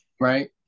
right